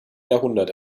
jahrhundert